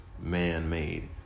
man-made